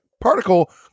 particle